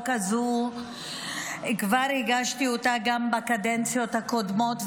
הזו כבר הגשתי גם בקדנציות הקודמות,